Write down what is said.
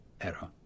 error